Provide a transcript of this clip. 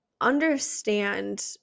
understand